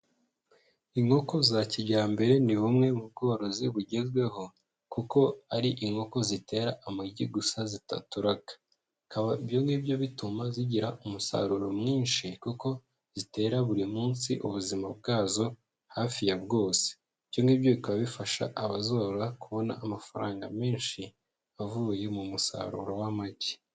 Inkoko za kijyambere ni bumwe mu bworozi bugezweho kuko ari inkoko zitera amagi gusa zitaturaga. Kikaba aribyo bituma zigira umusaruro mwinshi kuko zitera buri munsi ubuzima bwazo hafi ya bwose. Ibyo ngibyo bikaba bifasha abazorora kubona amafaranga menshi avuye mu musaruro w'amagi.